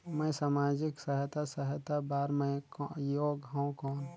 मैं समाजिक सहायता सहायता बार मैं योग हवं कौन?